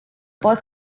pot